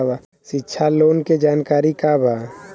शिक्षा लोन के जानकारी का बा?